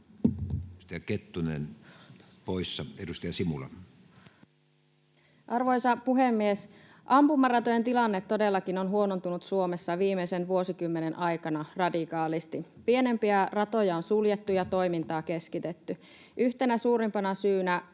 14:28 Content: Arvoisa puhemies! Ampumaratojen tilanne todellakin on huonontunut Suomessa viimeisen vuosikymmenen aikana radikaalisti. Pienempiä ratoja on suljettu ja toimintaa keskitetty. Yhtenä suurimpana syynä